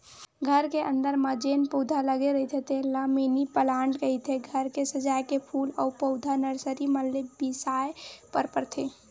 घर के अंदर म जेन पउधा लगे रहिथे तेन ल मिनी पलांट कहिथे, घर के सजाए के फूल अउ पउधा नरसरी मन ले बिसाय बर परथे